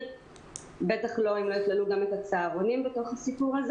לא יכללו את הצהרונים בתוך הסיפור הזה.